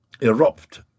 erupt